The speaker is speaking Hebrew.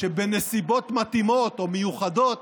שבנסיבות מתאימות או מיוחדות